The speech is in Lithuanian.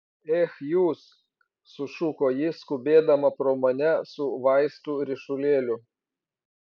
ech jūs sušuko ji skubėdama pro mane su vaistų ryšulėliu